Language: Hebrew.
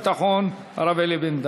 שר הביטחון, הרב אלי בן-דהן.